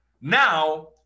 Now